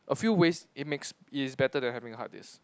a few ways it makes is better than having a hard disk